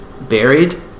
buried